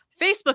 Facebook